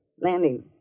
Landing